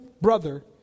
brother